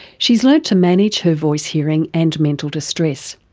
she's learnt to manage her voice hearing and mental distress.